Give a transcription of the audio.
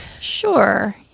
Sure